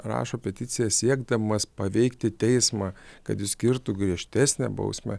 rašo peticiją siekdamas paveikti teismą kad išskirtų griežtesnę bausmę